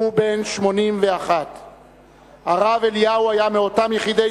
והוא בן 81. הרב אליהו היה מאותם יחידי